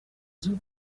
z’u